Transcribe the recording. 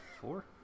four